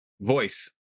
voice